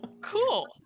Cool